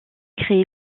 créé